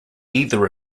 either